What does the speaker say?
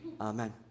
Amen